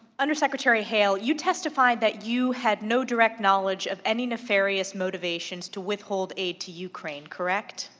undersecretary hill, you testified that you have no direct knowledge of any nefarious motivations to withhold aid to ukraine, correct?